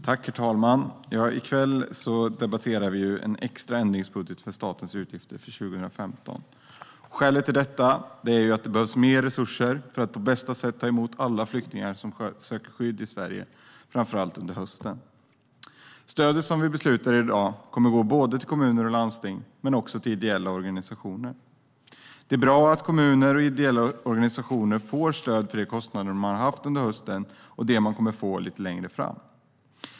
Herr talman! I kväll debatterar vi en extra ändringsbudget för statens utgifter för 2015. Skälet till detta är att det behövs mer resurser för att på bästa sätt ta emot alla flyktingar som sökt skydd i Sverige, framför allt under hösten. Stöden som vi ska besluta om kommer att gå till både kommuner och landsting men också till ideella organisationer. Det är bra att kommuner och ideella organisationer får stöd för de kostnader de har haft under hösten och som de kommer att få längre fram.